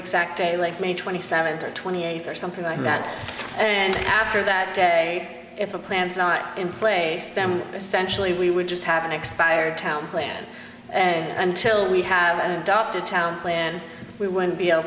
exact day like may twenty seventh or twenty eighth or something like that and after that day if a plan is not in place them essentially we would just happen expired town plan and until we have an adopted town plan we when be able